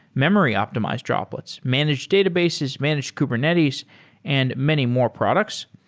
memory-optimized droplets, managed databases, managed kubernetes and many more products.